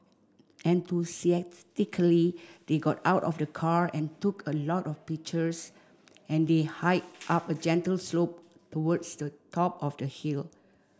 enthusiastically they got out of the car and took a lot of pictures as they hiked up a gentle slope towards the top of the hill